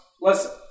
Listen